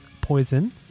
Poison